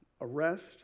arrest